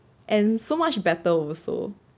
and so much better also